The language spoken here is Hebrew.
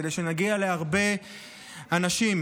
כדי שנגיע להרבה אנשים.